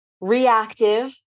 reactive